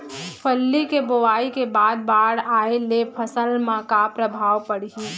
फल्ली के बोआई के बाद बाढ़ आये ले फसल मा का प्रभाव पड़ही?